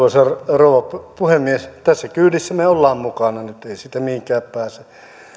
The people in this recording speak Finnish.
rouva puhemies tässä kyydissä me olemme mukana nyt ei siitä mihinkään pääse